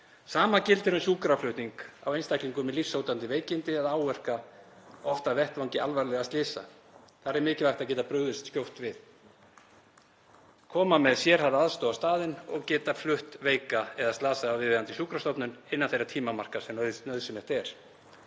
Sama gildir um sjúkraflutning á einstaklingum með lífshættuleg veikindi eða áverka, oft af vettvangi alvarlegra slysa. Þar er mikilvægt að geta brugðist skjótt við, koma með sérhæfða aðstoð á staðinn og geta flutt veika eða slasaða á viðeigandi sjúkrastofnun innan þeirra tímamarka sem